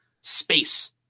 space